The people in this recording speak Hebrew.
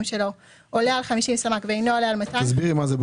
שלו עולה על50 סמ"ק ואינו עולה על 250 סמ"ק".